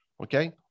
okay